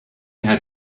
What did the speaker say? had